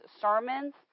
sermons